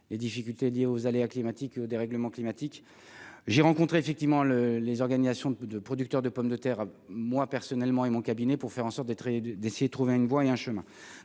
les difficultés liées aux aléas climatiques, de dérèglement climatique, j'ai rencontré effectivement le les organisations de producteurs de pommes de terre, moi personnellement, et mon cabinet pour faire en sorte d'être et de d'essayer de trouver une voie et un chemin